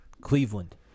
Cleveland